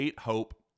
Hope